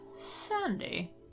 Sandy